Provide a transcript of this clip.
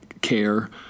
care